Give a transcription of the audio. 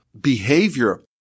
behavior